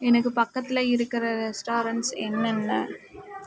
எனக்கு பக்கத்தில் இருக்கிற ரெஸ்டாரெண்ட்ஸ் என்னென்ன